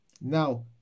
Now